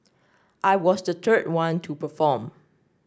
I was the third one to perform